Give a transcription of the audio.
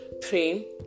pray